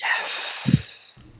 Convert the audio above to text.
Yes